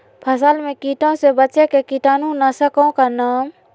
फसल में कीटों से बचे के कीटाणु नाशक ओं का नाम?